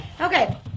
Okay